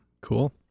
Cool